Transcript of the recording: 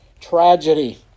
tragedy